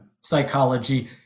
psychology